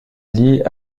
lit